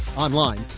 online,